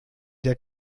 der